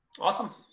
Awesome